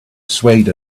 swayed